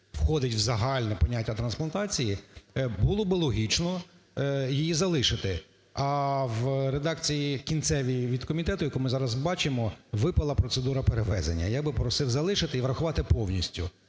входить в загальне поняття трансплантації, було би логічно її залишити. А в редакції кінцевій від комітету, яку ми зараз бачимо, випала процедура перевезення. Я би просив залишити і врахувати повністю